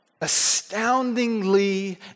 Astoundingly